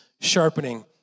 sharpening